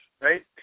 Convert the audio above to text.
right